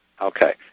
Okay